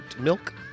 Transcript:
milk